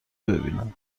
ببینم